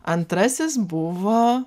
antrasis buvo